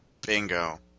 bingo